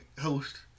host